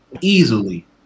Easily